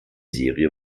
serie